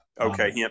Okay